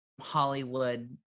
Hollywood